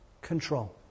control